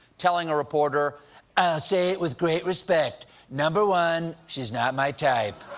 telling a reporter, i'll say it with great respect number one, she's not my type.